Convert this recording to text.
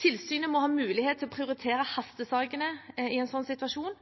Tilsynet må ha mulighet til å prioritere